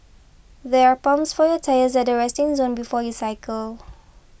there are pumps for your tyres at the resting zone before you cycle